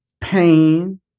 pain